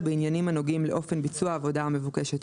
בעניינים הנוגעים לאופן ביצוע העבודה המבוקשת,